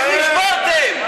איך נשברתם?